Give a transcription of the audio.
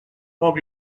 poc